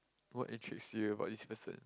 what interests you about this person